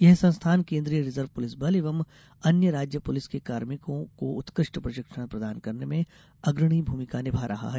यह संस्थान केन्द्रीय रिजर्व पुलिस बल एवं अन्य राज्य पुलिस के कार्मिकों को उत्कृष्ट प्रशिक्षण प्रदान करने में अग्रणी भूमिका निभा रहा है